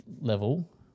level